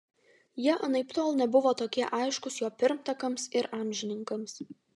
jie anaiptol nebuvo tokie aiškūs jo pirmtakams ir amžininkams